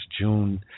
June